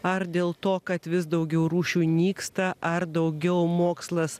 ar dėl to kad vis daugiau rūšių nyksta ar daugiau mokslas